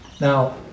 Now